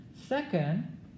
Second